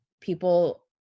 people